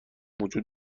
وجود